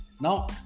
Now